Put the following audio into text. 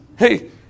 Hey